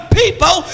people